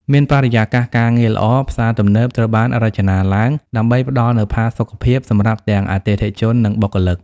មានបរិយាកាសការងារល្អ ផ្សារទំនើបត្រូវបានរចនាឡើងដើម្បីផ្ដល់នូវផាសុកភាពសម្រាប់ទាំងអតិថិជន និងបុគ្គលិក។